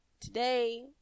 today